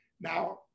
Now